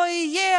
לא יהיה?